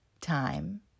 time